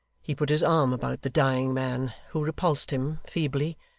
he put his arm about the dying man, who repulsed him, feebly,